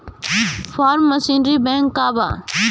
Form machinery bank का बा?